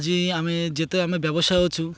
ଆଜି ଆମେ ଯେତେ ଆମେ ବ୍ୟବସାୟ ଅଛୁ